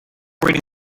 reading